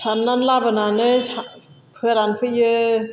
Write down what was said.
सारनानै लाबोनानै फोरानफैयो